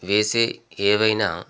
వేసే ఏదైనా